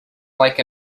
like